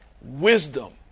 wisdom